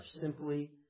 simply